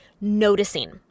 noticing